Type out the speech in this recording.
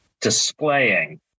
displaying